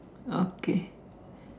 okay